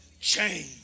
change